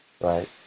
right